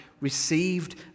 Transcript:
received